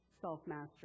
self-mastery